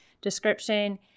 description